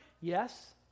Yes